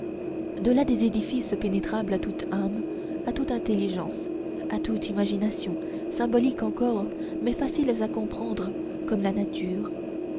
de là des édifices pénétrables à toute âme à toute intelligence à toute imagination symboliques encore mais faciles à comprendre comme la nature